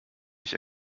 mich